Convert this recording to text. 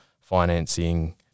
financing